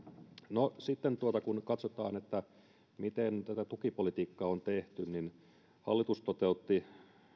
no sitten kun katsotaan miten tätä tukipolitiikkaa on tehty niin hallitus toteutti